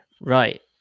Right